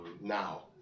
now